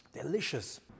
Delicious